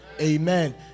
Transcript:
amen